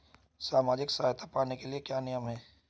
सामाजिक सहायता पाने के लिए क्या नियम हैं?